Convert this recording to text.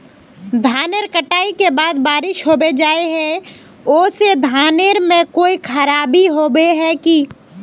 धानेर कटाई के बाद बारिश होबे जाए है ओ से धानेर में कोई खराबी होबे है की?